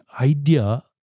idea